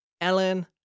Ellen